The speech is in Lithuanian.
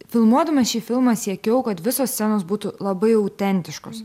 filmuodama šį filmą siekiau kad visos scenos būtų labai autentiškos